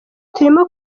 turimo